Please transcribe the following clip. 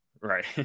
Right